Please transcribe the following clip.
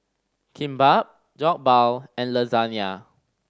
Kimbap Jokbal and Lasagna